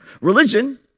Religion